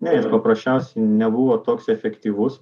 ne jis paprasčiausi nebuvo toks efektyvus